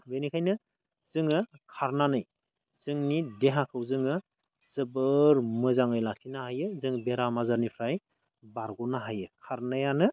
बिनिखायनो जोङो खारनानै जोंनि देहाखौ जोङो जोबोर मोजाङै लाखिनो हायो जों बेराम आजारनिफ्राय बारग'नो हायो खारनायानो